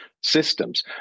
systems